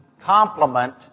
complement